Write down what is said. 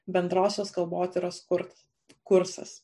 bendrosios kalbotyros kurtas kursas